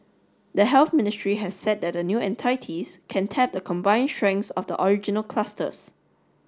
the Health Ministry has said that the new entities can tap the combined strengths of the original clusters